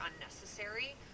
unnecessary